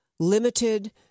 limited